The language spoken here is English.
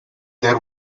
there